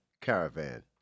Caravan